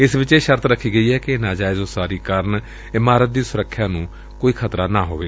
ਇਸ ਵਿਚ ਇਹ ਸ਼ਰਤ ਰੱਖੀ ਗਈ ਏ ਕਿ ਨਾਜਾਇਜ਼ ਉਸਾਰੀ ਕਾਰਨ ਇਮਾਰਤ ਦੀ ਸੁਰੱਖਿਆ ਨੂੰ ਕੋਈ ਖ਼ਤਰਾ ਨਾ ਹੋਵੇ